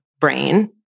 brain